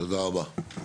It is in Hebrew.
תודה רבה.